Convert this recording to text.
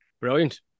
Brilliant